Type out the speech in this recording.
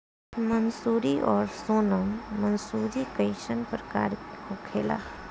मंसूरी और सोनम मंसूरी कैसन प्रकार होखे ला?